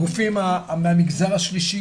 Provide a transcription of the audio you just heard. הגופים מהמגזר השלישי,